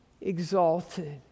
exalted